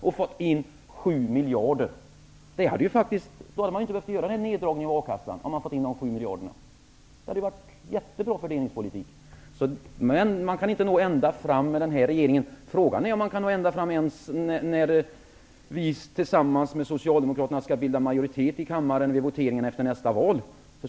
Det hade gett 7 miljarder. Om man hade fått in de 7 miljarderna hade man inte behövt göra neddragningen av a-kassan. Det hade varit jättebra fördelningspolitik. Men man kan inte nå ända fram med den här regeringen, frågan är om man kan nå ända fram ens när vi tillsammans med socialdemokraterna skall bilda majoritet i kammaren vid voteringarna efter nästa val.